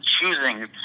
choosing